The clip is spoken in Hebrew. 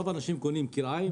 רוב האנשים קונים כרעיים,